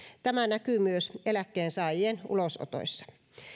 tämä näkyy myös eläkkeensaajien ulosotoissa